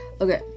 okay